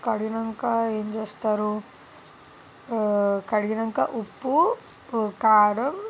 కడిగాక ఏం చేస్తారు కడిగాక ఉప్పు కారం